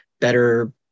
better